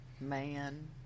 Man